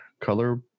Color